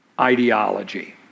ideology